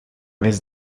vez